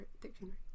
dictionary